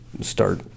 start